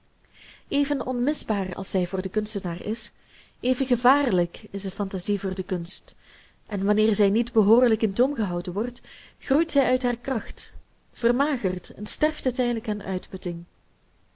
even onmisbaar als zij voor den kunstenaar is even gevaarlijk is de fantasie voor de kunst en wanneer zij niet behoorlijk in toom gehouden wordt groeit zij uit haar kracht vermagert en sterft eindelijk aan uitputting